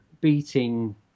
beating